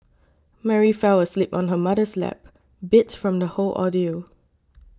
Mary fell asleep on her mother's lap beat from the whole ordeal